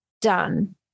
done